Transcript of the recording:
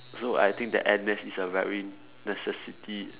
so I think that N_S is a very necessity